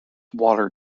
water